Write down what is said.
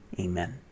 Amen